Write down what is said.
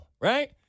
right